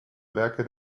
werke